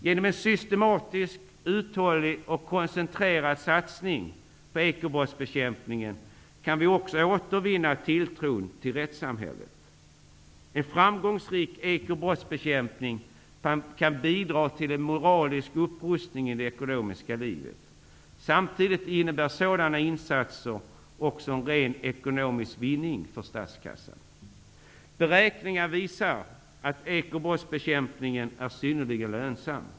Genom en systematisk, uthållig och koncentrerad satsning på ekobrottsbekämpningen kan vi också återvinna tilltron till rättssamhället. En framgångsrik ekobrottsbekämpning kan bidra till en moralisk upprustning i det ekonomiska livet. Samtidigt innebär sådana insatser också en ren ekonomisk vinning för statskassan. Beräkningar visar att ekobrottsbekämpningen är synnerligen lönsam.